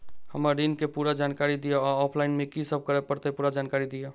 हम्मर ऋण केँ पूरा जानकारी दिय आ ऑफलाइन मे की सब करऽ पड़तै पूरा जानकारी दिय?